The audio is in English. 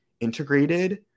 integrated